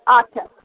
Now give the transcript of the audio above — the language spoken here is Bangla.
আচ্ছা